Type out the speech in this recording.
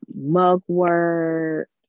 mugwort